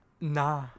Nah